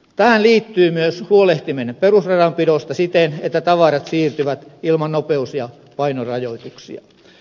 tähän liittyy myös huolehtiminen perusradanpidosta siten että tavarat siirtyvät ilman nopeus ja painorajoituksia